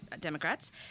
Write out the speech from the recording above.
Democrats